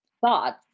thoughts